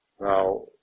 Now